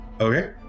Okay